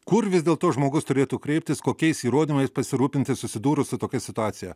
kur vis dėlto žmogus turėtų kreiptis kokiais įrodymais pasirūpinti susidūrus su tokia situacija